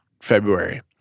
february